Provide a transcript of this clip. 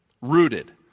Rooted